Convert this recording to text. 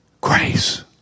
grace